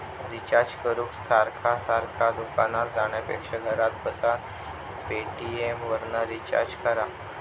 recharge करूक सारखा सारखा दुकानार जाण्यापेक्षा घरात बसान पेटीएमवरना रिचार्ज कर